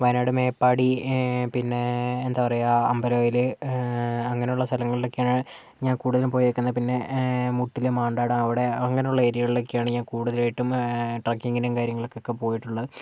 വയനാട് മേപ്പാടി പിന്നെ എന്താ പറയുക അമ്പലവയൽ അങ്ങനെയുള്ള സ്ഥലങ്ങളിലൊക്കെയാണ് ഞാൻ കൂടുതലും പോയിരിക്കുന്നത് പിന്നെ മുട്ടിലെ മാണ്ടാടാ അവിടെ അങ്ങനെയുള്ള ഏരിയകളിൽ ഒക്കെയാണ് ഞാൻ കൂടുതലായിട്ടും ട്രാക്കിങ്ങിനും കാര്യങ്ങൾക്കൊക്കെ പോയിട്ടുള്ളത്